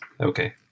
Okay